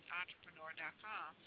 entrepreneur.com